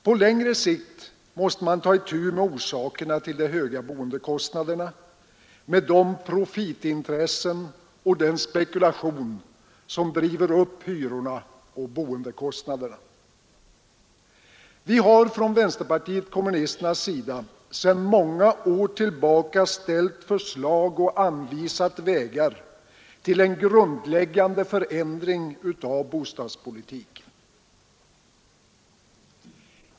På längre sikt måste man ta itu med orsakerna till de höga boendekostnaderna, med de profitintressen och den spekulation som driver upp hyrorna och boendekostnaderna. Vi har från vänsterpartiet kommunisterna sedan många år tillbaka ställt förslag och anvisat vägar till en grundläggande förändring av politiska åtgärder bostadspolitiken.